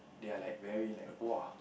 they are like very like !wah!